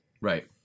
Right